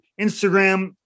Instagram